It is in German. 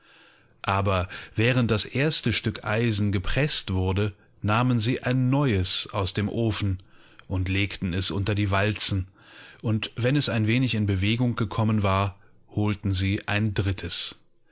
aber während das erste stück eisen gepreßt wurde nahmen sie ein neues aus dem ofen und legten es unter die walzen und wenn es ein wenig in bewegung gekommen war holten sie ein drittes